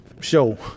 show